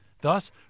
Thus